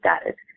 status